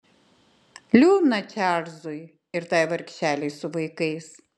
liūdna čarlzui ir tai vargšelei su vaikais